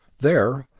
there,